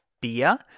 beer